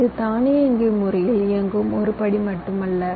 இது தானியங்கி முறையில் இயங்கும் ஒரு படி மட்டுமல்ல